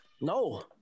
No